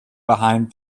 behind